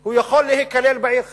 הוא יכול להיכלל בעיר חריש.